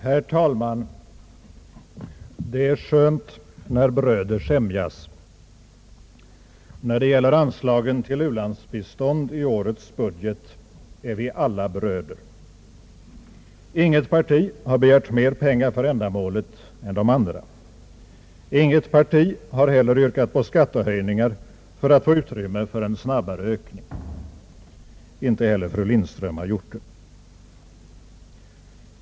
Herr talman! Det är skönt när bröder sämjas. När det gäller anslagen till ulandsbistånd i årets budget är vi alla bröder. Inget parti har begärt mer pengar för ändamålet än de andra. Inget parti har heller yrkat på skattehöjningar för att få utrymme för en snabbare ökning — inte heller fru Lindström har gjort det.